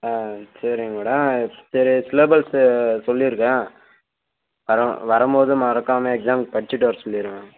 ஆ சரிங்க மேடம் சரி சிலபஸு சொல்லியிருக்கேன் வர வரும் போது மறக்காமல் எக்ஸாமுக்கு படிச்சுசிட்டு வரச் சொல்லிடுங்க